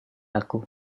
aku